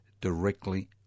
directly